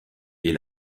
est